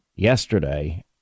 yesterday